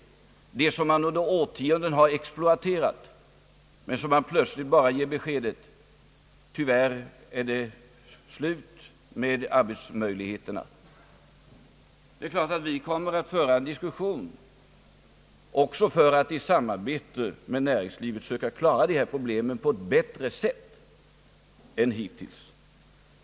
Det gäller här arbetskraft som man under årtionden har exploaterat men som man plötsligt bara ger beskedet: »Tyvärr är det slut med arbetsmöjligheterna.» Jag underskattar inte näringslivets problem, men tror att det skulle vara möjligt att i vissa fall få en bättre handläggning av varsel om friställningar. Det är klart att vi kommer att föra en diskussion för att i samarbete med näringslivet söka klara de här problemen på ett bättre sätt än hittills.